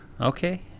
okay